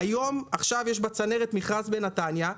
עכשיו יש בצנרת מכרז בנתניה,